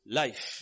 life